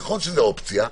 נכון שזו אופציה,